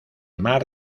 mar